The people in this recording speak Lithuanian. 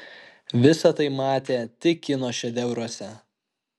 visa tai matė tik kino šedevruose